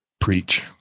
preach